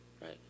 Right